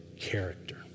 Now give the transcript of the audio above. character